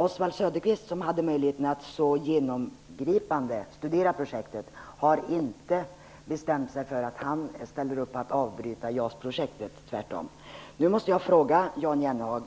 Oswald Söderqvist som så genomgripande kunde studera projektet har inte bestämt sig för om han ställer upp för att avbryta JAS-projektet, snarare tvärtom. Nu måste jag fråga Jan Jennehag: